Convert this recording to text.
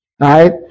right